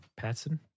Patson